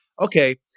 okay